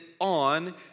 on